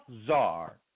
czar